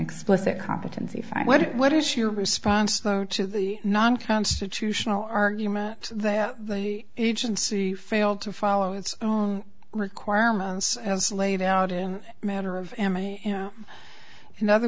explicit competency fine but what is your response though to the non constitutional argument that the agency failed to follow its own requirements as laid out in a matter of emmy in other